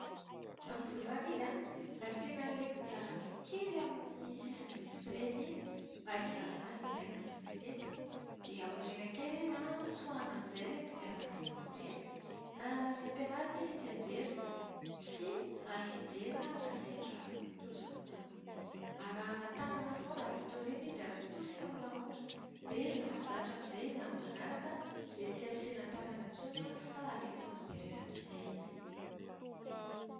Amin'ny voalohany izy an, asiana ilay kodiaran-droa kely amin'ny sisiny ny bisikileta iny mba hizàrana azy hitaingina bisikileta. Dia aoriana kely izy an, tsoahina amin'izay ireo kodiaran-droa ao aoriana, ary ampianarina izy tsy hianjera, sy hahay hianjera raha sendra tojo an'izany. Arahina tanana foana avy ato aoriana izy ary atosika moramora. Dia rehefa zatra amin'izay izy amin'ny manaraka dia tsy asiana tanana intsony fa alefa mandeha irery amin'izay izy.